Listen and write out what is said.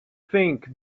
think